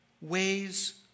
ways